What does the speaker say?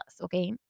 okay